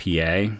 PA